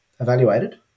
evaluated